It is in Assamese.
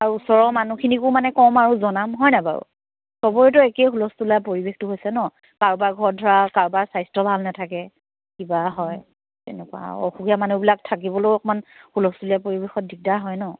আৰু ওচৰৰ মানুহখিনিকো মানে ক'ম আৰু জনাম হয় নাই বাৰু সবৰেতো একেই হূলস্থুলীয়া পৰিৱেশটো হৈছে ন' কাৰোবাৰ ঘৰত ধৰা কাৰোবাৰ স্বাস্থ্য ভাল নাথাকে কিবা হয় তেনেকুৱা আৰু অসুখীয়া মানুহবিলাক থাকিবলৈও অকণমান হূলস্থুলীয়া পৰিৱেশত দিগদাৰ হয় ন'